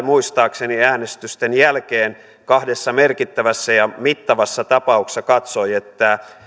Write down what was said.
muistaakseni äänestysten jälkeen kahdessa merkittävässä ja mittavassa tapauksessa katsoi että